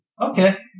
Okay